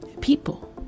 People